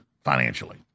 financially